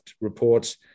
reports